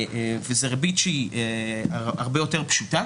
וזו ריבית שהיא הרבה יותר פשוטה